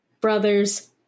Brothers